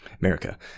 america